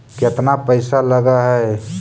केतना पैसा लगय है?